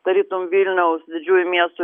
tarytum vilniaus didžiųjų miestų